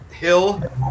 Hill